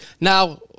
Now